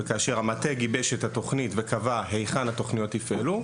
וכאשר המטה גיבש את התוכנית וקבע היכן התוכניות יפעלו,